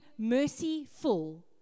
mercyful